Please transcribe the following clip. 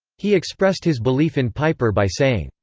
he expressed his belief in piper by saying,